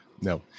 no